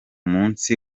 musi